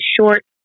short